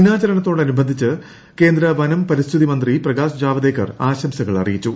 ദിനാചരണത്തോടനുബന്ധിച്ച് കേന്ദ്ര വനം പരിസ്ഥിതി മന്ത്രി പ്രകാശ് ജാവദേക്കർ ആശംസകൾട്ട്ടിൽറിയിച്ചു